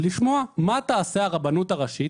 לשמוע מה תעשה הרבנות הראשית,